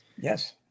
Yes